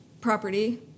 property